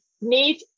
need